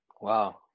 Wow